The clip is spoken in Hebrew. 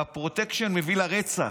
והפרוטקשן מביא לרצח.